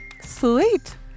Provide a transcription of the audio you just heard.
sweet